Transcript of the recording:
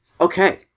Okay